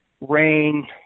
rain